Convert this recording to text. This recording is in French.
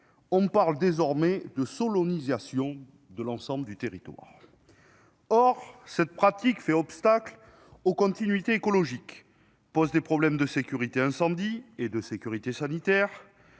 On parle désormais de « solognisation » de tout le territoire. Or cette pratique fait obstacle aux continuités écologiques, pose des problèmes de sécurité incendie et de sécurité sanitaire,